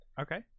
Okay